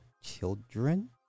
children